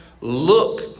Look